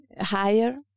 higher